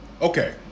Okay